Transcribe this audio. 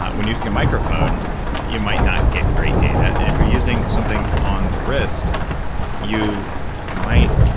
when using a microphone you might not get great data. and if you're using something on the wrist you might